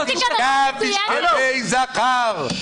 לשכב משכבי זכר,